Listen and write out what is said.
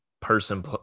person